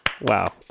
Wow